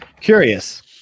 curious